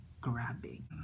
grabbing